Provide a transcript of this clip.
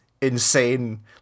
insane